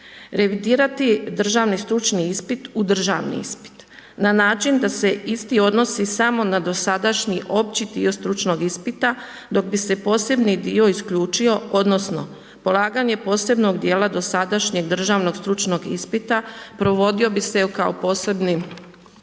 Revitirati državni stručni ispit i u državni ispit, na način da se isti odnosi samo na dosadašnji opći dio stručnog ispita, dok bi se posebni dio isključio odnosno, polaganje posebnog dijela dosadašnjeg državnog stručnog ispita, provodio bi se kao posebni